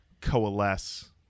coalesce